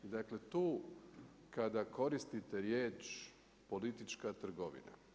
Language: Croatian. Dakle, tu kada koristite riječ politička trgovina.